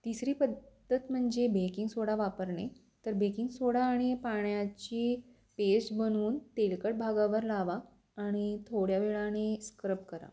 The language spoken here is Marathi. तिसरी पद्धत म्हणजे बेकिंग सोडा वापरणे तर बेकिंग सोडा आणि पाण्याची पेस्ट बनवून तेलकट भागावर लावा आणि थोड्या वेळाने स्क्रब करा